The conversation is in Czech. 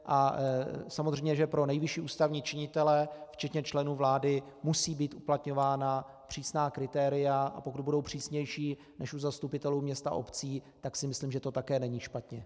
A samozřejmě že pro nejvyšší ústavní činitele včetně členů vlády musí být uplatňována přísná kritéria, a pokud budou přísnější než u zastupitelů měst a obcí, tak si myslím, že to také není špatně.